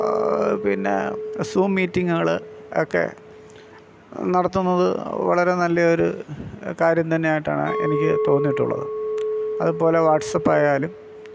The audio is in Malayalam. പിന്നെ സൂ മീറ്റിംഗ്കൾ ഒക്കെ നടത്തുന്നത് വളരെ നല്ല ഒരു കാര്യം തന്നെയായിട്ടാണ് എനിക്ക് തോന്നിയിട്ടുള്ളത് അതുപോലെ വാട്സാപ്പ് ആയാലും